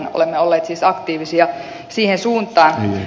olemme olleet siis aktiivisia siihen suuntaan